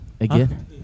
Again